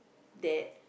that